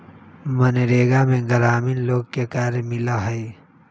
मनरेगा में ग्रामीण लोग के कार्य मिला हई